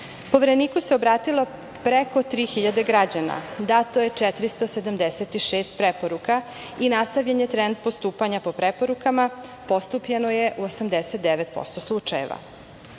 izostali. Povereniku se obratilo preko 3.000 građana, dato je 476 preporuka i nastavljen je trend postupanja po preporukama, postupljeno je u 89% slučajeva.